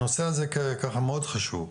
הנושא הזה מאוד חשוב,